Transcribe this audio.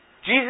Jesus